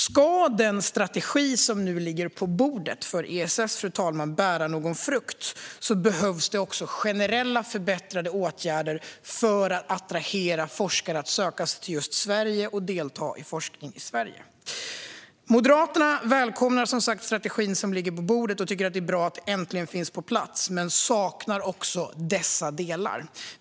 Ska den strategi för ESS som nu ligger på bordet bära någon frukt, fru talman, behövs det också generella förbättrade åtgärder för att attrahera forskare att söka sig till just Sverige och delta i forskning här. Vi i Moderaterna välkomnar som sagt den strategi som ligger på bordet och tycker att det är bra att den äntligen finns på plats, men vi saknar dessa delar.